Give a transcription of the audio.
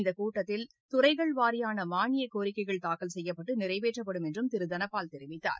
இந்த கூட்டத்தில் துறைகள் வாரியான மானியக் கோரிக்கைகள் தாக்கல் செய்யப்பட்டு நிறைவேற்றப்படும் என்று அவர் தெரிவித்தார்